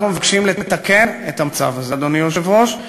אנחנו מבקשים לתקן את המצב הזה, אדוני היושב-ראש.